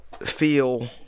feel